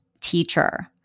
teacher